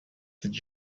did